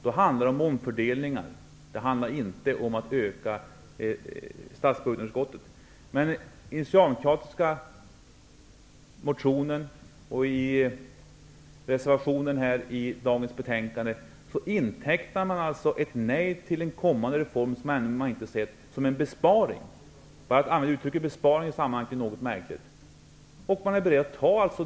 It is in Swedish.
Det handlar om omfördelningar, inte om att öka statsbudgetunderskottet. I den socialdemokratiska motionen och i reservationen till detta betänkande intecknar man alltså ett nej till en kommande reform, som man ännu inte har sett, som en besparing. Bara detta att man använder uttrycket ''besparing'' i detta sammanhang är något märkligt.